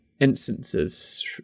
instances